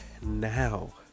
now